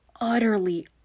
utterly